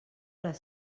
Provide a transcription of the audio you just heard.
les